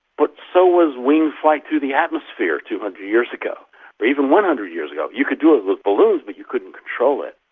but so was winged flight through the atmosphere two hundred years ago or even one hundred years ago. you could do it with balloons but you couldn't control it.